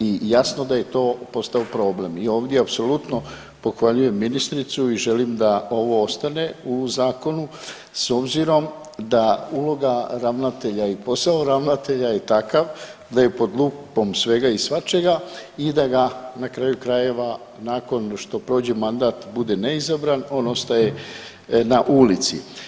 i jasno da je to postao problem i ovdje apsolutno pohvaljujem ministricu i želim da ovo ostane u zakonu s obzirom da uloga ravnatelja i posao ravnatelja je takav da je pod lupom svega i svačega i da ga na kraju krajeva nakon što prođe mandat bude neizabran on ostaje na ulici.